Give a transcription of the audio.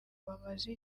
bamaze